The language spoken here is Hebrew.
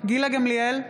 גילה גמליאל,